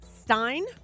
Stein